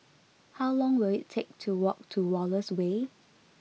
how long will it take to walk to Wallace Way